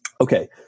Okay